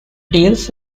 deals